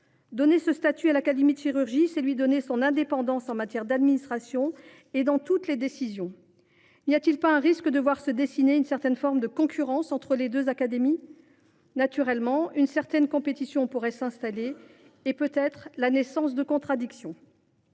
Donner ce statut à l’Académie nationale de chirurgie, c’est lui donner son indépendance en matière d’administration et dans toutes les décisions. N’y a t il pas un risque de voir se dessiner une certaine forme de concurrence entre les deux académies ? Naturellement, une certaine compétition pourrait s’installer, avec, peut être, l’émergence de contradictions.